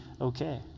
okay